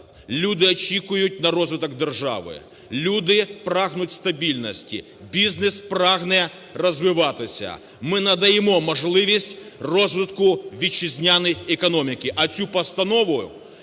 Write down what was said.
люди очікують на розвиток держави, люди прагнуть стабільності, бізнес прагне розвиватися, ми надаємо можливість розвитку вітчизняної економіки.